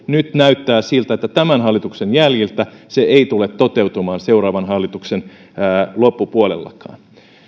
nyt näyttää siltä että tämän hallituksen jäljiltä se ei tule toteutumaan seuraavan hallituksen loppupuolellakaan